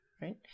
Right